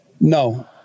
no